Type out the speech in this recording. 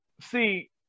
See